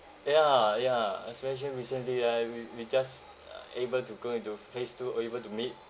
ya ya especially recently ah we we just uh able to go in to phase two or even to meet